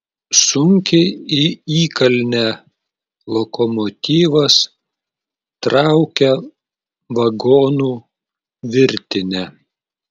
sunkiai į įkalnę lokomotyvas traukia vagonų virtinę